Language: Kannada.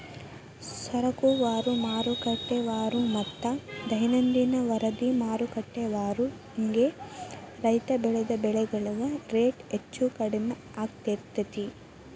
ಸರಕುವಾರು, ಮಾರುಕಟ್ಟೆವಾರುಮತ್ತ ದೈನಂದಿನ ವರದಿಮಾರುಕಟ್ಟೆವಾರು ಹಿಂಗ ರೈತ ಬೆಳಿದ ಬೆಳೆಗಳ ರೇಟ್ ಹೆಚ್ಚು ಕಡಿಮಿ ಆಗ್ತಿರ್ತೇತಿ